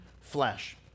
flesh